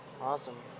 Awesome